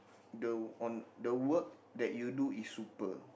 the on the work that you do is super